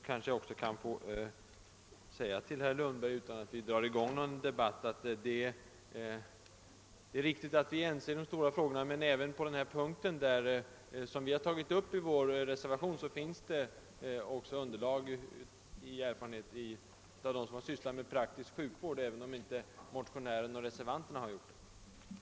Kanske jag till slut kan få säga till herr Lundberg — utan att dra i gång någon debatt eftersom vi är ense i de stora frågorna: Också förslaget i vår reservation är grundat på erfarenheter bland dem som har sysslat med praktisk sjukvård, även om inte motionären har gjort det.